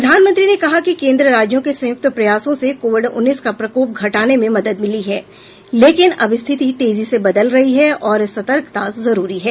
प्रधानमंत्री ने कहा कि केन्द्र राज्यों के संयुक्त प्रयासों से कोविड उन्नीस का प्रकोप घटाने में मदद मिली है लेकिन अब स्थिति तेजी से बदल रही है और सतर्कता जरूरी है